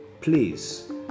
Please